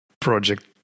project